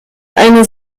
eine